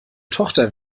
tochter